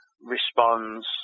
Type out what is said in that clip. responds